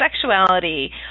sexuality